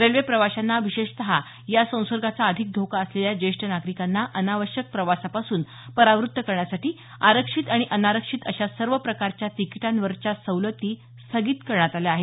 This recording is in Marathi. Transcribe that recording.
रेल्वे प्रवाशांना विशेषतः या संसर्गाचा अधिक धोका असलेल्या ज्येष्ठ नागरिकांना अनावश्यक प्रवासापासून परावृत्त करण्यासाठी आरक्षित आणि अनारक्षित अशा सर्व प्रकारच्या तिकिटांवरच्या सवलती स्थगित करण्यात आल्या आहेत